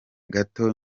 gato